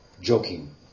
joking